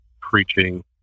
preaching